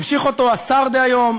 המשיך אותו השר דהיום,